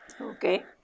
Okay